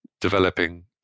developing